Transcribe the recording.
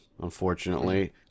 unfortunately